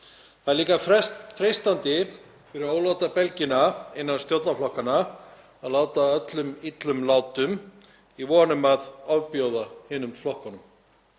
Það er líka frest freistandi fyrir ólátabelgina innan stjórnarflokkanna að láta öllum illum látum í von um að ofbjóða hinum flokkunum.